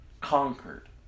conquered